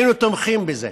היינו תומכים בזה.